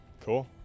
Cool